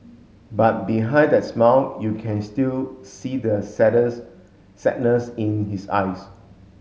but behind that smile you can still see the sadness in his eyes